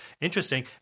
interesting